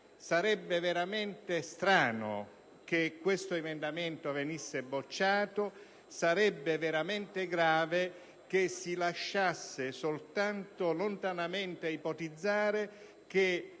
Sarebbe veramente strano che questo emendamento venisse bocciato; sarebbe veramente grave che si lasciasse soltanto lontanamente ipotizzare che